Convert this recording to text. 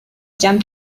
jump